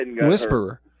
whisperer